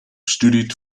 studied